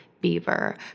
Beaver